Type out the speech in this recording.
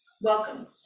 welcome